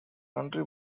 country